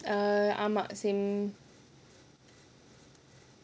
err ஆமா:aamaa same